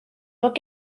bod